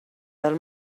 del